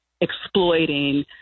exploiting